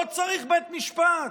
לא צריך בית משפט.